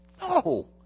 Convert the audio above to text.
No